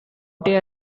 county